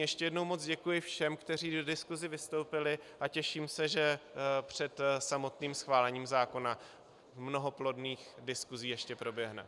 Ještě jednou moc děkuji všem, kteří v diskusi vystoupili, a těším se, že před samotným schválením zákona mnoho plodných diskusí ještě proběhne.